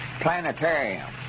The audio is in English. Planetarium